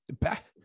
back